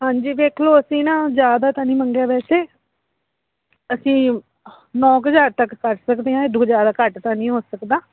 ਹਾਂਜੀ ਵੇਖ ਲਓ ਅਸੀਂ ਨਾ ਜ਼ਿਆਦਾ ਤਾਂ ਨਹੀਂ ਮੰਗਿਆ ਵੈਸੇ ਅਸੀਂ ਨੌਂ ਕੁ ਹਜ਼ਾਰ ਤੱਕ ਕਰ ਸਕਦੇ ਹਾਂ ਇਹ ਤੋਂ ਜ਼ਿਆਦਾ ਘੱਟ ਤਾਂ ਨਹੀਂ ਹੋ ਸਕਦਾ